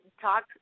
talk